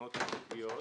תובענות ייצוגיות.